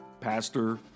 pastor